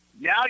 Now